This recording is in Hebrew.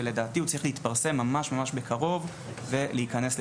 ולדעתי הוא צריך להתפרסם ממש ממש בקרוב ולהיכנס לתוקפו.